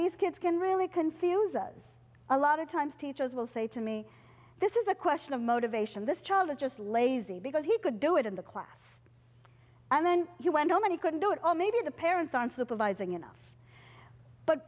these kids can really confuse us a lot of times teachers will say to me this is a question of motivation this child is just lazy because he could do it in the class and then you went oh man you couldn't do it all maybe the parents aren't supervising enough but